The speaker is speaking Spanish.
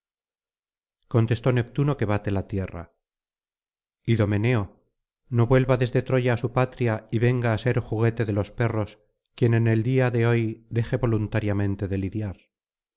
contestó neptuno que bate la tierra idomeneo no vuelva desde troya á su patria y venga á ser juguete de los perros quien en el día de hoy deje voluntariamente de lidiar